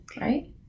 right